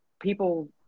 people